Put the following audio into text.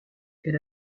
elle